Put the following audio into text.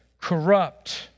corrupt